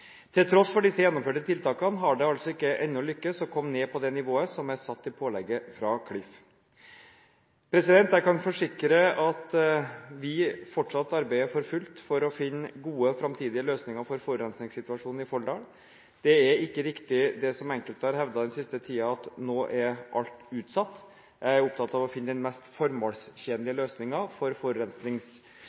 Til tross for disse gjennomførte tiltakene har det altså ikke ennå lyktes å komme ned på det nivået som er satt i pålegget fra Klif. Jeg kan forsikre om at vi fortsatt arbeider for fullt for å finne gode, framtidige løsninger for forurensningssituasjonen i Folldal. Det er ikke riktig det som enkelte har hevdet den siste tiden, at «nå er alt utsatt». Jeg er opptatt av å finne den mest formålstjenlige løsningen for